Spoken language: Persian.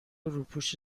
روپوش